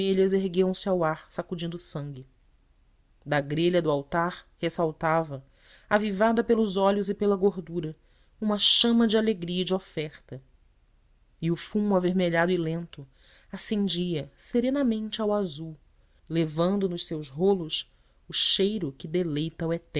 vermelhas erguiam-se ao ar sacudindo sangue da grelha do altar ressaltava avivada pelos óleos e pela gordura uma chama de alegria e de oferta e o fumo avermelhado e lento ascendia serenamente ao azul levando nos seus rolos o cheiro que deleita o